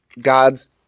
God's